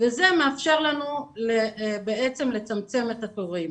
וזה מאפשר לנו לצמצם את התורים.